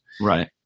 Right